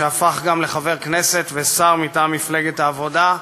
שהפך גם לחבר הכנסת ושר מטעם מפלגת העבודה,